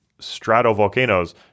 stratovolcanoes